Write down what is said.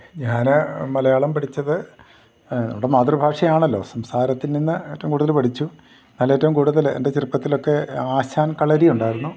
ഞാൻ മലയാളം പഠിച്ചത് നമ്മുടെ മാതൃഭാഷയാണല്ലോ സംസാരത്തിൽ നിന്ന് ഏറ്റവും കൂടുതൽ പഠിച്ചു എന്നാലേറ്റവും കൂടുതൽ എൻ്റെ ചെറുപ്പത്തിലൊക്കെ ആശാൻ കളരി ഉണ്ടായിരുന്നു